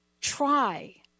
try